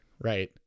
Right